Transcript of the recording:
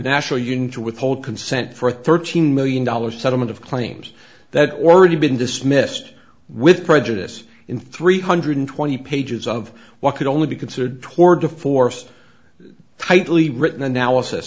union to withhold consent for thirteen million dollars settlement of claims that already been dismissed with prejudice in three hundred twenty pages of what could only be considered toward a forced tightly written analysis